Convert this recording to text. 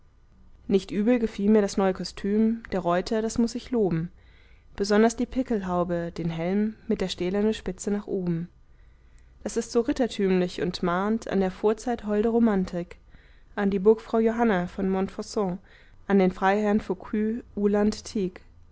nicht übel gefiel mir das neue kostüm der reuter das muß ich loben besonders die pickelhaube den helm mit der stählernen spitze nach oben das ist so rittertümlich und mahnt an der vorzeit holde romantik an die burgfrau johanna von montfaucon an den freiherrn